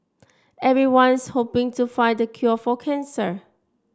everyone's hoping to find the cure for cancer